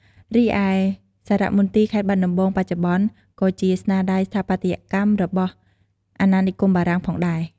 រីឯសារមន្ទីរខេត្តបាត់ដំបងបច្ចុប្បន្ន ក៏ជាស្នាដៃស្ថាបត្យកម្មរបស់អាណានិគមបារាំងផងដែរ។